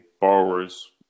borrower's